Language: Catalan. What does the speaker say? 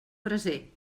braser